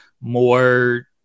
more